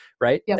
right